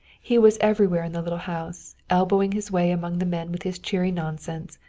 he was everywhere in the little house, elbowing his way among the men with his cheery nonsense,